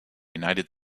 united